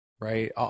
Right